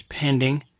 pending